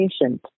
patient